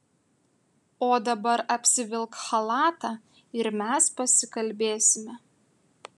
o dabar apsivilk chalatą ir mes pasikalbėsime